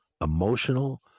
emotional